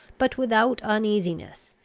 but without uneasiness,